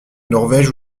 norvège